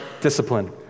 discipline